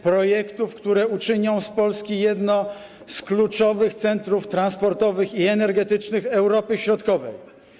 projektów, które uczynią z Polski jedno z kluczowych centrów transportowych i energetycznych Europy Środkowej.